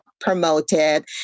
promoted